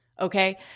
okay